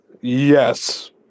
Yes